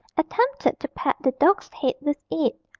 attempted to pat the dog's head with it.